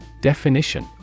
Definition